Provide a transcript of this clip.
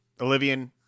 Olivia